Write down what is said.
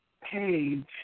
Page